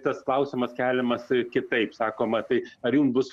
tas klausimas keliamas i kitaip sakoma tai ar jum bus